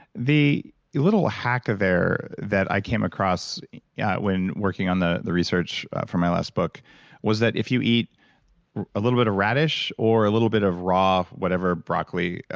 the the little hack there that i came across yeah when working on the the research for my last book was that if you eat a little bit of radish or a little bit of raw, whatever, broccoli,